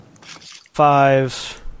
five